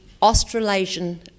Australasian